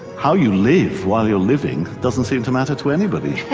how you live, while you're living, doesn't seem to matter to anybody.